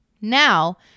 Now